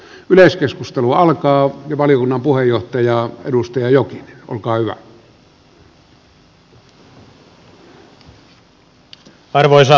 yleiskeskustelu alkaa valiokunnan puheenjohtaja prusti ja arvoisa herra puhemies